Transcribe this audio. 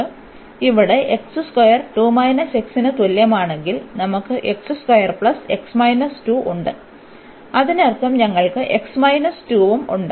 അതിനാൽ ഇവിടെ ന് തുല്യമാണെങ്കിൽ നമുക്ക് ഉണ്ട് അതിനർത്ഥം ഞങ്ങൾക്ക് ഉം ഉണ്ട്